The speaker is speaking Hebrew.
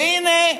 והינה,